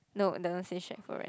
no the station for it